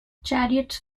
chariots